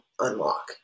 unlock